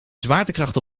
zwaartekracht